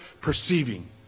perceiving